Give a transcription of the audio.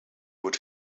would